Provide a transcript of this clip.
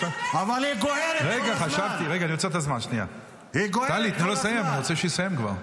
חברת הכנסת טלי גוטליב,